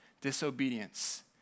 disobedience